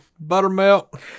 buttermilk